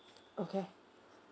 okay